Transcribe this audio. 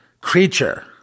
creature